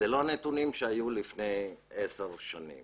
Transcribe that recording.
אלה לא הנתונים שהיו לפני עשר שנים